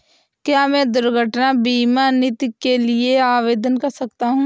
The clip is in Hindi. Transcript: क्या मैं दुर्घटना बीमा नीति के लिए आवेदन कर सकता हूँ?